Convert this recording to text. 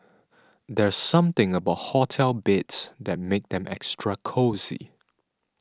there's something about hotel beds that makes them extra cosy